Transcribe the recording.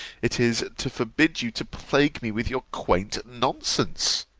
it is, to forbid you to plague me with your quaint nonsense.